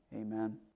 Amen